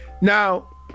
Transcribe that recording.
Now